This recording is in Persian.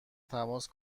تماس